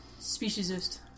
Speciesist